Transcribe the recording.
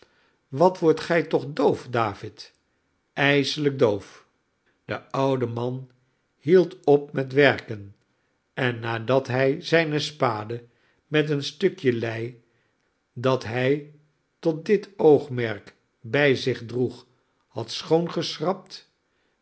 wat wordt gij toch doof david ijselijk doof de oude man hield op met werken en nadat hij zijne spade met een stukje lei dat hij tot dit oogmerk bij zich droeg had schoon geschrapt